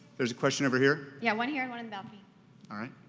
there's a question over here. yeah, one here and one in the balcony. all right.